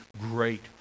great